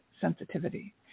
sensitivity